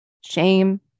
shame